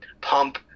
pump